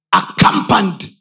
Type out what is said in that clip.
accompanied